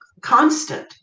constant